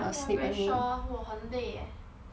ya very short lor 我很累 leh